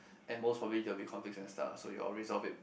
and most probably there will be conflicts and stuff you all resolve it